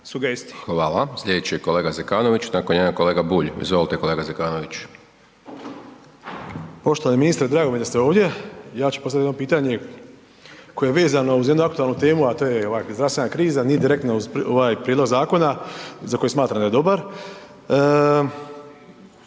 (SDP)** Hvala. Slijedeći je kolega Zekanović, nakon njega kolega Bulj, izvolite kolega Zekanović. **Zekanović, Hrvoje (HRAST)** Poštovani ministre, drago mi je da ste ovdje. Ja ću postavit jedno pitanje koje je vezano uz jednu aktualnu temu, a to je ova zdravstvena kriza, nije direktno uz ovaj prijedlog zakona za koji smatram da je dobar.